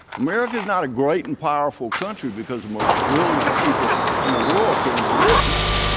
america is not a great and powerful country because the most brilliant people in the world came to live here.